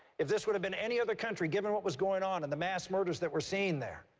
if this would have been any other country, given what was going on and the mass murders that we're seeing there,